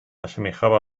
asemejaba